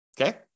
Okay